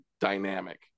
dynamic